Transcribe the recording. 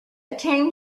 tame